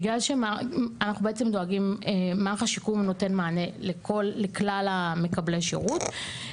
בגלל שאנחנו בעצם דואגים שמערך השיקום נותן מענה לכלל מקבלי השירות,